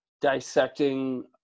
dissecting